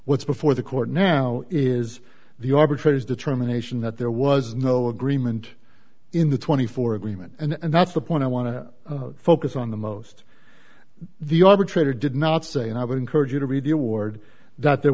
what's before the court now is the arbitrator's determination that there was no agreement in the twenty four agreement and that's the point i want to focus on the most the arbitrator did not say and i would encourage you to read the award that there